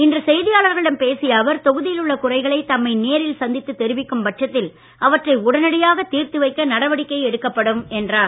இன்று செய்தியாளர்களிடம் பேசிய அவர் தொகுதியில் உள்ள குறைகளை தம்மை நேரில் சந்தித்து தெரிவிக்கும் பட்சத்தில் அவற்றை உடனடியாக தீர்த்து வைக்க நடவடிக்கை எடுக்கப்படும் என்றார்